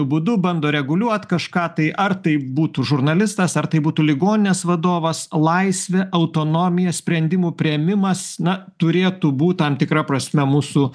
būdu bando reguliuot kažką tai ar tai būtų žurnalistas ar tai būtų ligoninės vadovas laisvė autonomija sprendimų priėmimas na turėtų būt tam tikra prasme mūsų